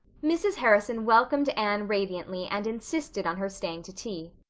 mrs. harrison welcomed anne radiantly and insisted on her staying to tea.